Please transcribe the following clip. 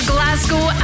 Glasgow